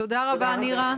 תודה רבה נירה.